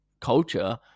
culture